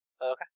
Okay